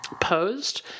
posed